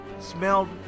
smelled